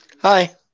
Hi